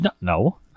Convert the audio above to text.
No